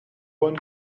one